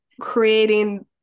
creating